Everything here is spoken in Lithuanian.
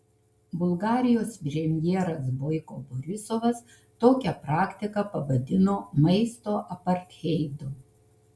bulgarijos premjeras boiko borisovas tokią praktiką pavadino maisto apartheidu